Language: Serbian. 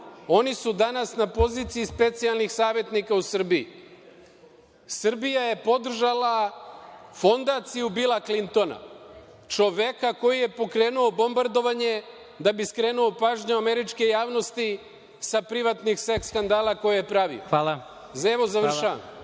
Oni su danas na poziciji specijalnih savetnika u Srbiji. Srbija je podržala fondaciju Bila Klintona, čoveka koji je pokrenuo bombardovanje da bi skrenuo pažnju američke javnosti sa privatnih seks skandala koje je pravio.(Predsedavajući: